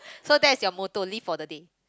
so that's your motto live for the day